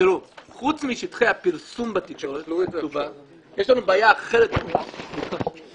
חוץ משטחי הפרסום בתקשורת הכתובה יש לנו בעיה אחרת בתקשורת